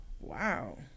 Wow